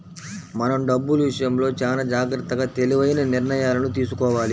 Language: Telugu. మనం డబ్బులు విషయంలో చానా జాగర్తగా తెలివైన నిర్ణయాలను తీసుకోవాలి